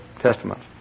testaments